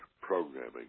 programming